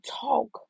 talk